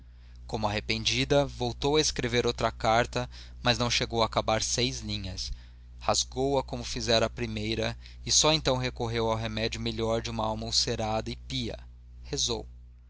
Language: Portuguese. como arrependida voltou a escrever outra carta mas não chegou a acabar seis linhas rasgou a como fizera à primeira e só então recorreu ao remédio melhor de uma alma ulcerada e pia rezou